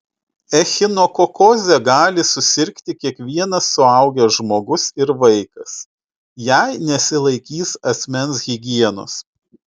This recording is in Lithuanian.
echinokokoze gali susirgti kiekvienas suaugęs žmogus ir vaikas jei nesilaikys asmens higienos